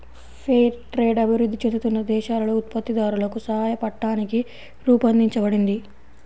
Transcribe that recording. fair trade అభివృద్ధి చెందుతున్న దేశాలలో ఉత్పత్తిదారులకు సాయపట్టానికి రూపొందించబడింది